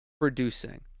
producing